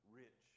rich